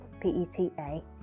p-e-t-a